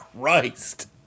Christ